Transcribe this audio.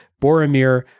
Boromir